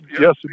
Yes